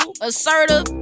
assertive